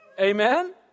Amen